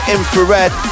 Infrared